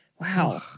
Wow